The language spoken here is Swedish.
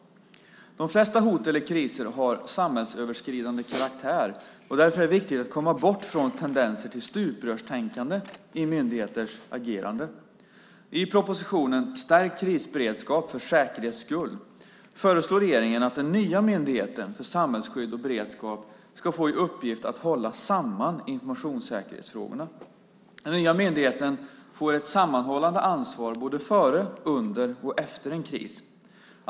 De flesta hot eller kriser har samhällsöverskridande karaktär, och därför är det viktigt att komma bort från tendenser till stuprörstänkande i myndigheters agerande. I propositionen Stärkt krisberedskap - för säkerhets skull föreslår regeringen att den nya myndigheten för samhällsskydd och beredskap ska få i uppgift att hålla samman informationssäkerhetsfrågorna. Den nya myndigheten får ett sammanhållande ansvar både före, under och efter en kris.